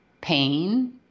pain